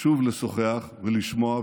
שוב לשוחח ולשמוע,